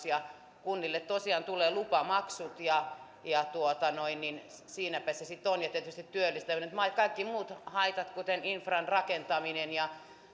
kunnille tosiaan tulee lupamaksut ja ja siinäpä se sitten on ja tietysti työllistäminen kaikki muut haitat kuten infran rakentaminen ja